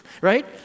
right